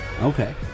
okay